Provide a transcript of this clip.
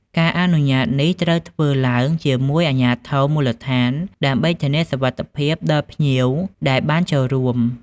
ការអនុញ្ញាតនេះត្រូវធ្វើឡើងជាមួយអាជ្ញាធរមូលដ្ឋាន ដើម្បីធានាសុវត្ថិភាពដល់ភ្ញៀវដែលបានចូលរួម។